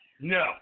No